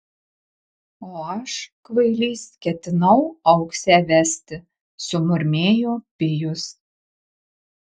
o aš kvailys ketinau auksę vesti sumurmėjo pijus